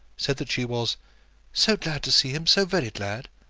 said that she was so glad to see him so very glad.